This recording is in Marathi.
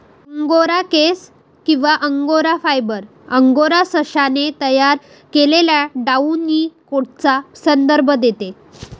अंगोरा केस किंवा अंगोरा फायबर, अंगोरा सशाने तयार केलेल्या डाउनी कोटचा संदर्भ देते